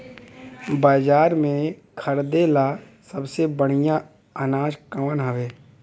बाजार में खरदे ला सबसे बढ़ियां अनाज कवन हवे?